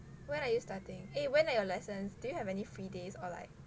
when are you starting eh when are your lessons do you have any free days or like